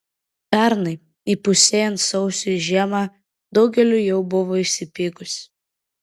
pernai įpusėjant sausiui žiema daugeliu jau buvo įsipykusi